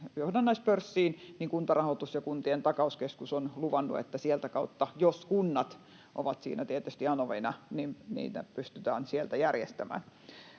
johdannaispörssiin, niin Kuntarahoitus ja Kuntien takauskeskus ovat luvanneet, että sieltä kautta — jos kunnat ovat siinä tietysti anovina — niitä pystytään järjestämään.